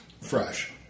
fresh